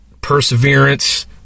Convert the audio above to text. perseverance